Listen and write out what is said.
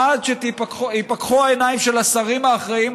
עד שייפקחו העיניים של השרים האחראים.